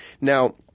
Now